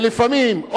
ולפעמים,